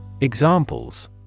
Examples